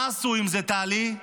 מה עשו עם זה, טלי?